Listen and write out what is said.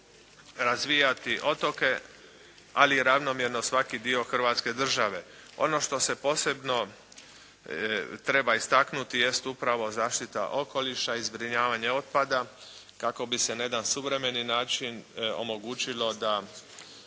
razvijati otoke ali i ravnomjerno svaki dio Hrvatske države. Ono što se posebno treba istaknuti jest upravo zaštita okoliša i zbrinjavanje otpada kako bi se na jedan suvremeni način omogućilo da